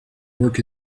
work